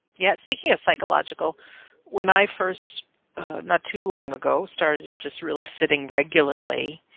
yeah speaking of psychological when i first not too long ago started just really sitting regularly